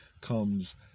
comes